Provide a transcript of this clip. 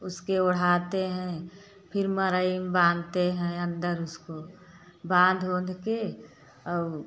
उसके ओढ़ाते हैं फिर मरई में बांधते हैं अंदर उसको बांध ओंध के और